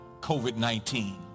COVID-19